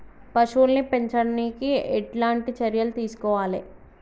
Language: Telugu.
పశువుల్ని పెంచనీకి ఎట్లాంటి చర్యలు తీసుకోవాలే?